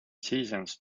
seasons